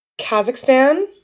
Kazakhstan